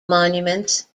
monuments